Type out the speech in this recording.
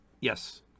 Yes